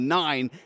nine